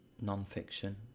non-fiction